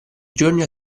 giorni